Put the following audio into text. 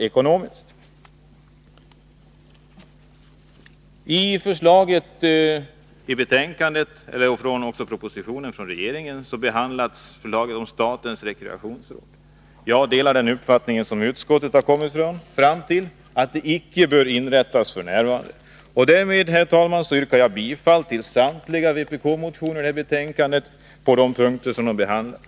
I propositionen och betänkandet behandlas frågan om inrättande av ett statens rekreationsråd. Jag delar utskottets uppfattning att det f. n. icke bör inrättas. Därmed, herr talman, yrkar jag bifall till samtliga vpk-motioner i betänkandet på de punkter där de har behandlats.